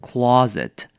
Closet